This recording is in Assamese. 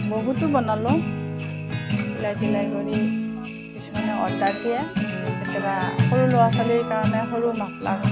বহুতো বনালোঁ চিলাই তিলাই কৰি কিছুমানে অৰ্ডাৰ দিয়ে কেতিয়াবা সৰু ল'ৰা ছোৱালীৰ কাৰণে সৰু মাফলা